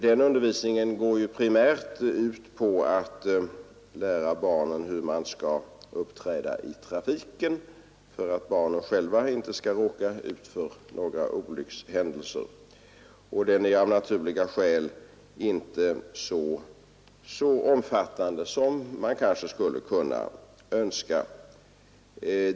Den undervisningen går primärt ut på att lära barnen hur man skall uppträda i trafiken för att barnen själva inte skall råka ut för olyckshändelser, och den är av naturliga skäl inte så omfattande som man kanske skulle ha önskat.